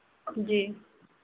जी